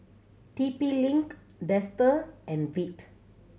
T P Link Dester and Veet